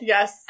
Yes